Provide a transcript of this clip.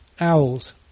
owls